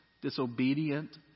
disobedient